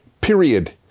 period